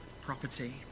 property